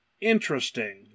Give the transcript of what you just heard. interesting